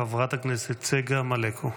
חברת הכנסת צגה מלקו.